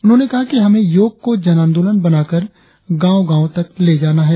उन्होंने कहा कि हमे योग को जन आंदोलन बनाकर गांव गांव तक ले जाना है